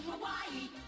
Hawaii